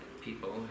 people